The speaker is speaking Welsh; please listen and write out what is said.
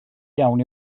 iawn